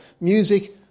music